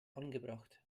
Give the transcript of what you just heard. angebracht